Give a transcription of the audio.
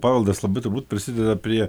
paveldas labai turbūt prisideda prie